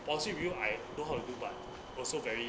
policy review I know how to do but I also very